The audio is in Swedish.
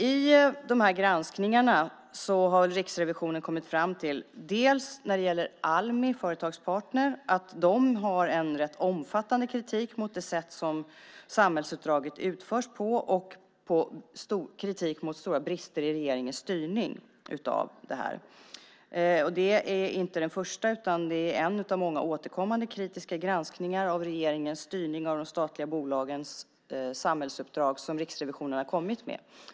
I de här granskningarna har Riksrevisionen kommit fram till, när det gäller Almi Företagspartner, att de har en rätt omfattande kritik mot det sätt som samhällsuppdraget utförs på. De har kritik när det gäller stora brister i regeringens styrning av det här. Det här är inte den första, utan det är en av många återkommande kritiska granskningar av regeringens styrning av de statliga bolagens samhällsuppdrag som Riksrevisionen har kommit med.